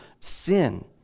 sin